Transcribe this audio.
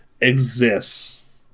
exists